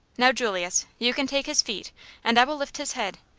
now, julius, you can take his feet and i will lift his head,